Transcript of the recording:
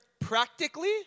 practically